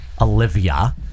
Olivia